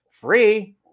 Free